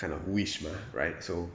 kind of wish mah right so